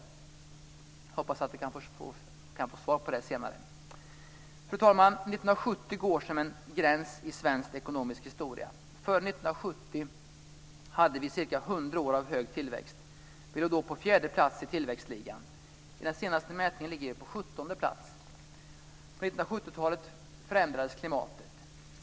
Jag hoppas att jag kan få svar på det senare. Fru talman! 1970 går som en gräns i svensk ekonomisk historia. Före 1970 hade vi ca 100 år av hög tillväxt. Vi låg då på fjärde plats i tillväxtligan. I den senaste mätningen ligger vi på sjuttonde plats. På 1970-talet förändrades klimatet.